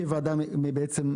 כוועדה מייעצת?